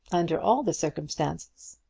under all the circumstances,